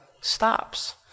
stops